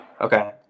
Okay